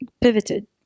pivoted